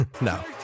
No